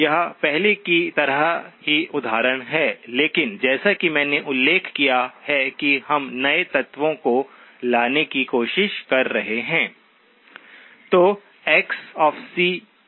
यह पहले की तरह ही उदाहरण है लेकिन जैसा कि मैंने उल्लेख किया है कि हम नए तत्वों को लाने की कोशिश कर रहे हैं